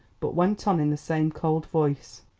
but went on in the same cold voice.